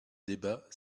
débat